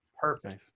perfect